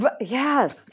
Yes